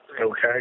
Okay